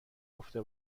گفته